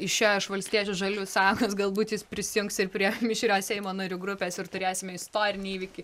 išėjo iš valstiečių žaliųjų sąjungos galbūt jis prisijungs ir prie mišrios seimo narių grupės ir turėsime istorinį įvykį